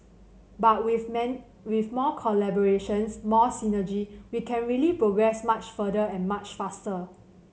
but with man with more collaborations more synergy we can really progress much further and much faster